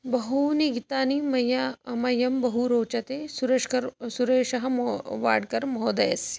बहूनि गीतानि मया मह्यं बहु रोचते सुरेश्कर् सुरेशः मो वाड्कर् महोदयस्य